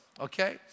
okay